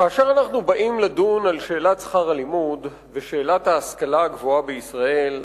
כאשר אנחנו באים לדון על שאלת שכר הלימוד ושאלת ההשכלה הגבוהה בישראל,